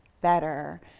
better